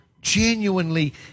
genuinely